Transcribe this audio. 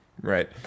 right